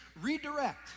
redirect